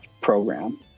program